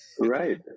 Right